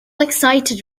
excited